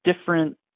different